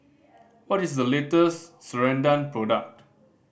what is the latest Ceradan product